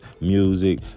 music